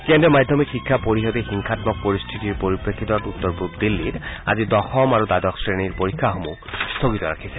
কেন্দ্ৰীয় মাধ্যমিক শিক্ষা পৰিষদে হিংসামক পৰিস্থিতিৰ পৰিপ্ৰেক্ষিতত উত্তৰ পূব দিল্লীত আজি দশম আৰু দ্বাদশ শ্ৰেণীৰ পৰীক্ষাসমূহ স্থগিত ৰাখিছে